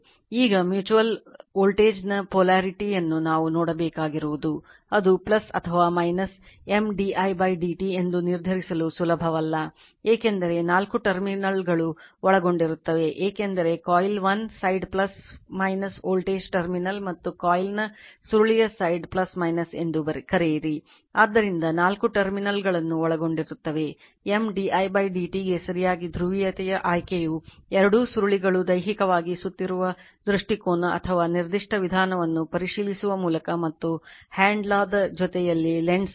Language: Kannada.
ಈಗ ಮ್ಯೂಚುಯಲ್ ವೋಲ್ಟೇಜ್ ನ polarity ವನ್ನು ಅನ್ವಯಿಸುವ ಮೂಲಕ ಮಾಡಲಾಗುತ್ತದೆ